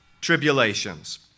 tribulations